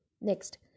Next